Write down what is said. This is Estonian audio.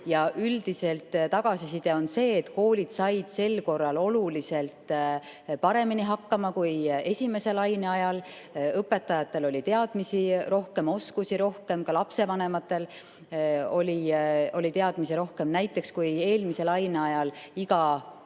Üldiselt on tagasiside selline, et koolid said sel korral oluliselt paremini hakkama kui esimese laine ajal. Õpetajatel oli teadmisi rohkem ja oskusi rohkem, ka lapsevanematel oli teadmisi rohkem. Näiteks, kui eelmise laine ajal iga